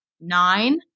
nine